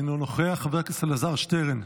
אינו נוכח, חבר הכנסת אלעזר שטרן,